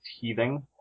teething